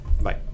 Bye